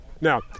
Now